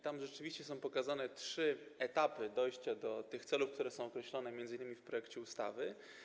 Tam rzeczywiście są pokazane trzy etapy dojścia do celów, które są określone m.in. w projekcie ustawy.